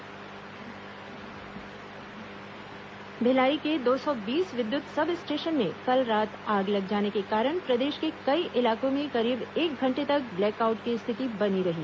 बिजली आपूर्ति बाधित भिलाई के दो सौ बीस विद्युत सब स्टेशन में कल रात आग लग जाने के कारण प्रदेश के कई इलाकों में करीब एक घंटे तक ब्लैक आउट की स्थिति बनी रही